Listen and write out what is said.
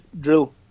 drill